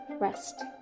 rest